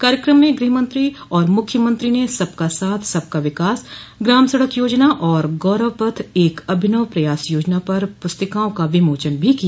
कार्यक्रम में श्री सिंह और मुख्यमंत्री योगी आदित्यनाथ ने सबका साथ सबका विकास ग्राम सड़क योजना और गौरव पथ एक अभिनव प्रयास योजना पर पुस्तिकाओं का विमोचन भी किया